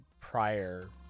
prior